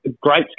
great